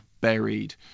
buried